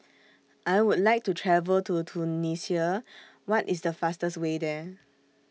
I Would like to travel to Tunisia What IS The fastest Way There